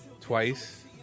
twice